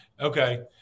okay